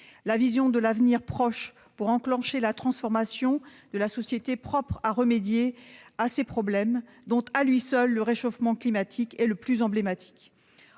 une vision de l'avenir proche pour enclencher la transformation de la société propre à remédier à ces problèmes, dont, à lui seul, le réchauffement climatique est le plus emblématique.